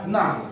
Now